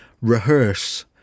rehearse